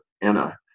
Anna